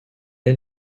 est